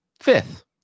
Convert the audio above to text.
fifth